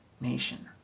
nation